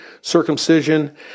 circumcision